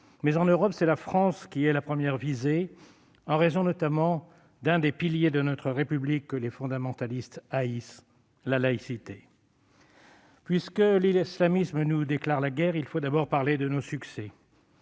Mais en Europe, c'est la France qui est la première visée en raison, notamment, d'un des piliers de notre République que les fondamentalistes haïssent : la laïcité. Puisque l'islamisme nous déclare la guerre, il faut d'abord parler de nos succès.